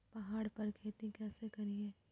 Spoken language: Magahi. पहाड़ पर खेती कैसे करीये?